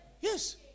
Yes